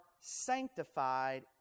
sanctified